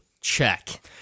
Check